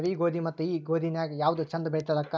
ಜವಿ ಗೋಧಿ ಮತ್ತ ಈ ಗೋಧಿ ನ್ಯಾಗ ಯಾವ್ದು ಛಂದ ಬೆಳಿತದ ಅಕ್ಕಾ?